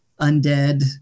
Undead